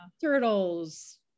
turtles